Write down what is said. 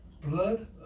blood